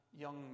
young